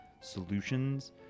Solutions